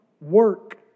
work